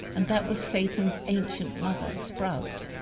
and that was satan's ancient mother, sprout.